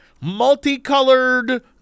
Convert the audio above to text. multicolored